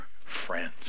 friends